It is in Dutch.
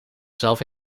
zelf